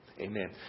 Amen